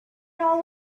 all